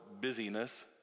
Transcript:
busyness